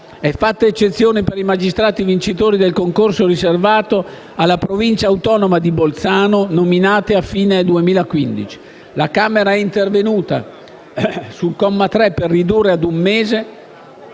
è fatta eccezione per i magistrati vincitori del concorso riservato alla Provincia autonoma di Bolzano, nominati a fine 2015. La Camera è intervenuta sul comma 3 per ridurre a un mese